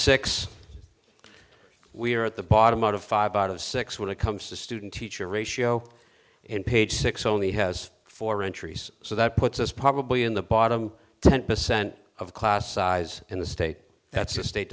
six we are at the bottom out of five out of six when it comes to student teacher ratio and page six only has four entries so that puts us probably in the bottom ten percent of class size in the state that's a state